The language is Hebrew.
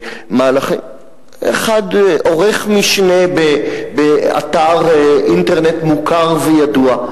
אחד, עורך משנה באתר אינטרנט מוכר וידוע.